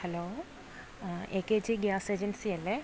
hello A K G gas ഏജൻസിയല്ലേ